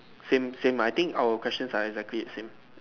same same mah I think our question are exactly the same